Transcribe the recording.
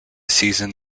season